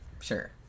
Sure